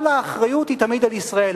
כל האחריות היא תמיד על ישראל.